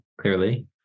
clearly